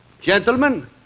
Gentlemen